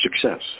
success